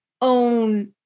own